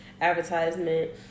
advertisement